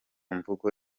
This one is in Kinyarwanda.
mvugo